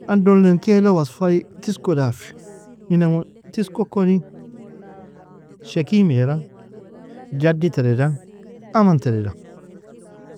An dollen kaila wasfai tisko dafi in tisko koni shekim eara, jaddi treda, aman treda.